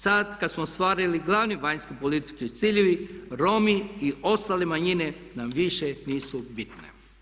Sad kad smo ostvarili glavni vanjski politički ciljevi, Romi i ostale manjine nam više nisu bitne.